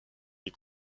les